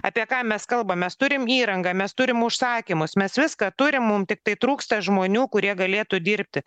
apie ką mes kalbam mes turim įrangą mes turim užsakymus mes viską turim mum tiktai trūksta žmonių kurie galėtų dirbti